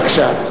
בבקשה.